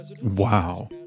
Wow